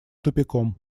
тупиком